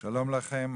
שלום לכם,